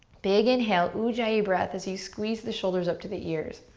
big inhale, ujjayi breath as you squeeze the shoulders up to the ears.